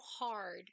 hard